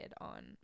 on